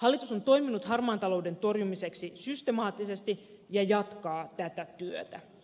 hallitus on toiminut harmaan talouden torjumiseksi systemaattisesti ja jatkaa tätä työtä